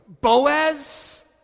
Boaz